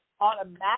automatic